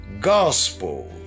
gospel